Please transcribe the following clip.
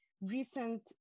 recent